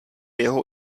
jeho